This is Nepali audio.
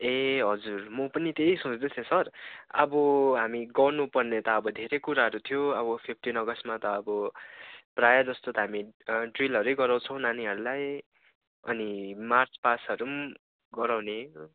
ए हजुर म पनि त्यही सोच्दै थिएँ सर अब हामी गर्नुपर्ने त अब धेरै कुराहरू थियो अब फिफ्टिन अगस्टमा त अब प्राय जस्तो त हामी ड्रिलहरू गराउँछौँ नानीहरूलाई अनि मार्चपास्टहरू पनि गराउने हो